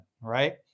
Right